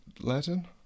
Latin